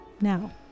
Now